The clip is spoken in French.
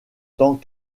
tant